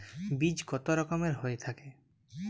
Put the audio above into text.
বীজ কত রকমের হয়ে থাকে?